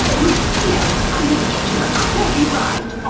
wait. no. i'm a teacher. i can't be bribed.